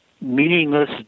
meaningless